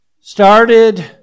Started